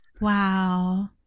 Wow